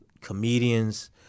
comedians